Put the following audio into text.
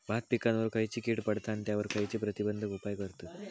भात पिकांवर खैयची कीड पडता आणि त्यावर खैयचे प्रतिबंधक उपाय करतत?